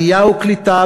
עלייה וקליטה,